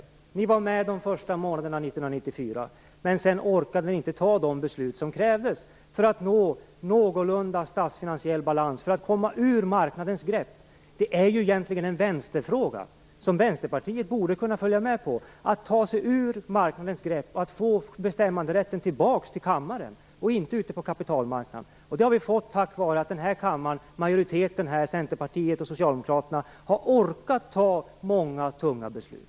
Partiet var med de första månaderna 1994, men sedan orkade man inte fatta de beslut som krävdes för att någorlunda nå statsfinansiell balans och komma ur marknadens grepp. Detta är ju egentligen en vänsterfråga, som Vänsterpartiet borde kunna följa med på. Det gäller att ta sig ur marknadens grepp och att få bestämmanderätten tillbaka till kammaren. Den skall inte vara ute på kapitalmarknaden. Detta har uppnåtts tack vare att majoriteten i denna kammare, Centerpartiet och Socialdemokraterna, har orkat fatta många tunga beslut.